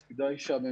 אז כדאי שהממשלה,